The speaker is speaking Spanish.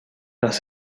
las